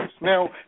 Now